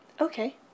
Okay